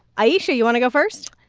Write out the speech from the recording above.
ayesha, you want to go first?